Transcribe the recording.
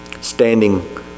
standing